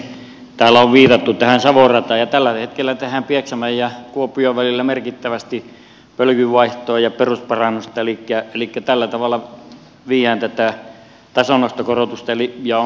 täällä on viitattu tähän savon rataan ja tällä hetkellä tehdään pieksämäen ja kuopion välillä merkittävästi pölkyn vaihtoa ja perusparannusta elikkä tällä tavalla viedään tätä tasonnostokorotusta ja on mahdollista sitten